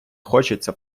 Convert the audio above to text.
хочеться